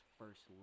first